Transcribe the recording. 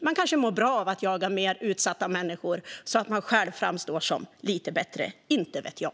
Man kanske mår bra av att jaga mer utsatta människor, så att man själv framstår som lite bättre - inte vet jag.